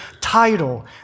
title